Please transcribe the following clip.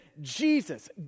Jesus